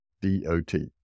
D-O-T